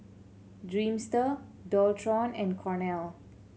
Dreamster Dualtron and Cornell